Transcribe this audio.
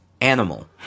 Animal